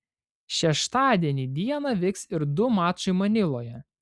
šeštadienį dieną vyks ir du mačai maniloje